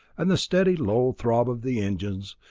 and the steady low throb of the engines,